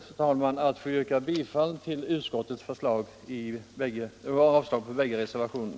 Jag ber att få yrka bifall till utskottets hemställan.